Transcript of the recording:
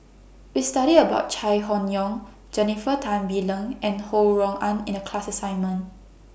We studied about Chai Hon Yoong Jennifer Tan Bee Leng and Ho Rui An in A class assignment